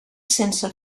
sense